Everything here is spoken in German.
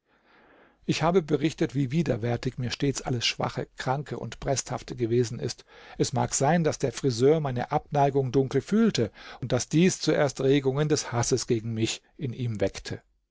ich habe berichtet wie widerwärtig mir stets alles schwache kranke und bresthafte gewesen ist es mag sein daß der friseur meine abneigung dunkel fühlte und daß dies zuerst regungen des hasses gegen mich in ihm weckte